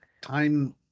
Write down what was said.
time